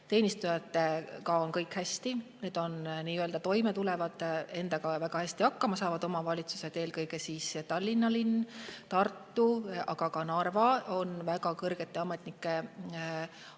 teenistujatega on kõik hästi. Need on nii-öelda toimetulevad, endaga väga hästi hakkamasaavad omavalitsused, eelkõige Tallinn ja Tartu, aga ka Narva on väga suure ametnike